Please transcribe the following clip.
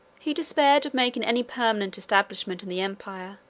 he despaired of making any permanent establishment in the empire,